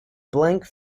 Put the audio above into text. blank